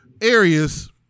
areas